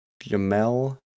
Jamel